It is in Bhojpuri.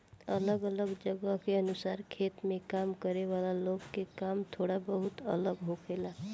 अलग अलग जगह के अनुसार खेत में काम करे वाला लोग के काम थोड़ा बहुत अलग होखेला